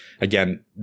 again